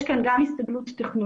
יש כאן גם הסתגלות טכנולוגית,